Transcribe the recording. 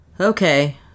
Okay